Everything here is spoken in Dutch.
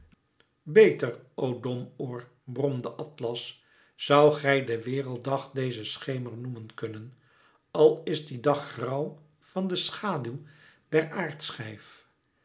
beter o domoor bromde atlas zoudt gij de werelddag deze schemer noemen kunnen al is die dag grauw van de schaduw der